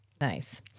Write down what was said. Nice